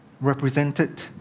represented